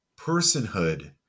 personhood